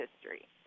history